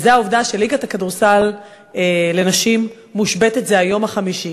וזו העובדה שליגת הכדורסל לנשים מושבתת זה היום החמישי.